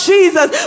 Jesus